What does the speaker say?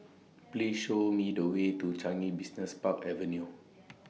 Please Show Me The Way to Changi Business Park Avenue